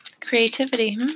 creativity